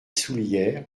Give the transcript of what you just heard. soullieres